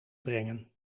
brengen